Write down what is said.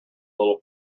little